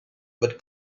but